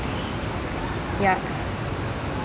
ya